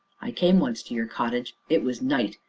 i came once to your cottage it was night,